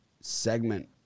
segment